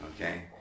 Okay